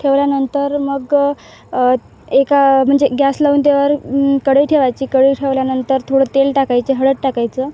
ठेवल्यानंतर मग एका म्हणजे गॅस लावून त्यावर कढई ठेवायची कढई ठेवल्यानंतर थोडं तेल टाकायचे हळद टाकायचं